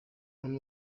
اون